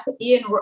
Ian